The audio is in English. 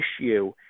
issue